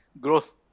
growth